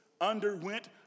underwent